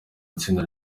itsinda